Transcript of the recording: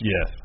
Yes